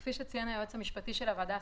כפי שציין היועץ המשפטי של הוועדה,